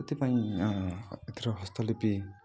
ସେଥିପାଇଁ ଏଥିରେ ହସ୍ତଲିପି